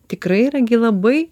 tikrai irgi labai